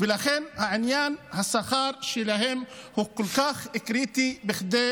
ולכן עניין השכר שלהם הוא כל כך קריטי כדי